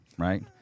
right